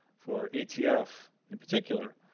for atf, in particular,